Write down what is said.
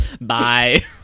Bye